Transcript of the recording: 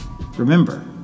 Remember